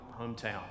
hometown